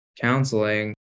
counseling